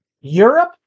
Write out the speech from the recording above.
Europe